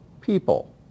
people